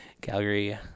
calgary